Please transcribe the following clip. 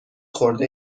خورده